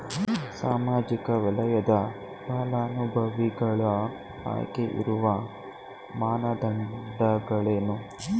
ಸಾಮಾಜಿಕ ವಲಯದ ಫಲಾನುಭವಿಗಳ ಆಯ್ಕೆಗೆ ಇರುವ ಮಾನದಂಡಗಳೇನು?